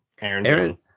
Aaron